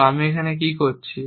তো আমি এখানে কি করছি